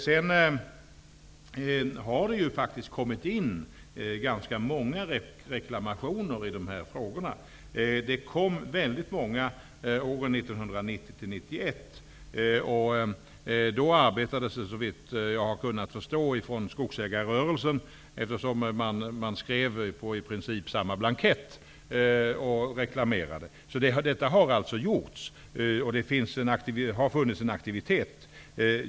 Det har faktiskt kommit in ganska många reklamationer i dessa sammanhang. Det kom väldigt många under åren 1990 och 1991. Såvitt jag har kunnat förstå arbetades det då inom skogsägarrörelsen, eftersom man skrev på i princip lika blankett och reklamerade. Det har alltså funnits en aktivitet.